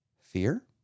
fear